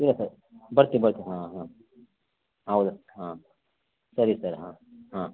ಇಲ್ಲ ಸರ್ ಬರ್ತೀನಿ ಬರ್ತೀನಿ ಹಾಂ ಹಾಂ ಹೌದ ಹಾಂ ಸರಿ ಸರ್ ಹಾಂ ಹಾಂ